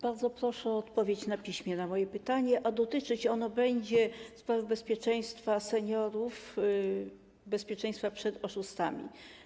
Bardzo proszę o odpowiedź na piśmie na moje pytanie, a dotyczyć ono będzie sprawy bezpieczeństwa seniorów, bezpieczeństwa przed oszustami.